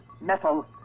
metal